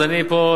אז אני פה,